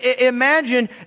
Imagine